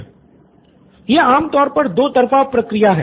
student २ यह आम तौर पर दो तरफ़ा प्रक्रिया है